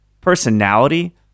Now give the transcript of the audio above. personality